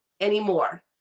anymore